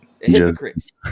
Hypocrites